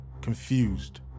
confused